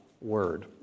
Word